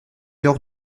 leurs